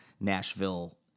Nashville